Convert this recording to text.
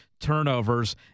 turnovers